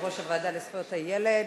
יושב-ראש הוועדה לזכויות הילד.